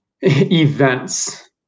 events